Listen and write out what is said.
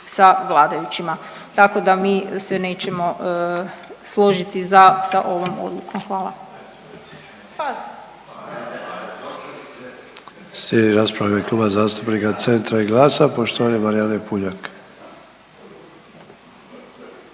sa vladajućima, tako da mi se nećemo složiti sa ovom odlukom, hvala.